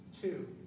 Two